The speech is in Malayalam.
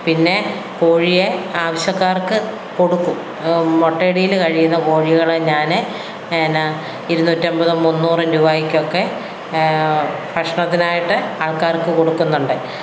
പിന്നെ കോഴിയെ ആവശ്യക്കാർക്കു കൊടുക്കും മുട്ടയിടൽ കഴിയുന്ന കോഴികളെ ഞാൻ എന്നാ ഇരുനൂറ്റി അൻപതും മുന്നൂറും രൂപയ്ക്കൊക്കെ ഭക്ഷണത്തിനായിട്ട് ആൾക്കാർക്ക് കൊടുക്കുന്നുണ്ട്